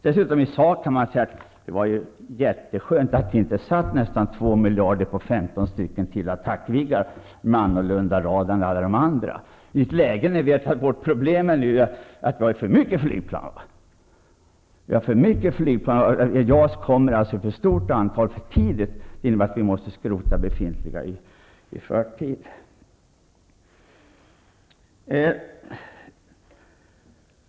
Rent sakligt kan man säga att det var mycket bra att vi inte satsade nästan 2 miljarder på ytterligare 15 Jaktviggar utrustade med annan radar än övriga, särskilt som problemet i nuläget är att vi har för många flygplan. JAS kommer alltså i ett för stort antal och för tidigt. Det innebär att vi måste skrota befintliga resurser i förtid.